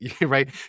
right